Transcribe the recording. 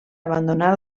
abandonar